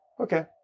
okay